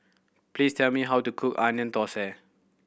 please tell me how to cook Onion Thosai